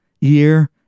year